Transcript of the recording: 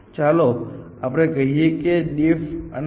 ચાલો આપણે કહીએ કે DFID અને IDA કલોઝ લિસ્ટ જાળવતા નથી